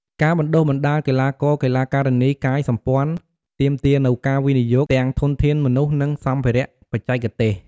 ការបណ្តុះបណ្តាលកីឡាករ-កីឡាការិនីកាយសម្ព័ន្ធទាមទារនូវការវិនិយោគទាំងធនធានមនុស្ស និងសម្ភារៈបច្ចេកទេស។